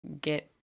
get